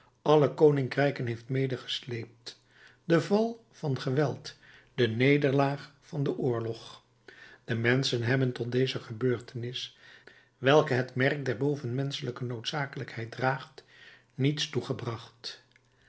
alle koninkrijken heeft medegesleept de val van het geweld de nederlaag van den oorlog de menschen hebben tot deze gebeurtenis welke het merk der bovenmenschelijke noodzakelijkheid draagt niets toegebracht